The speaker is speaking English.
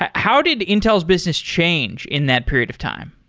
ah how did intel's business change in that period of time?